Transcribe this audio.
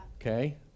Okay